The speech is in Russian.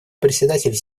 представитель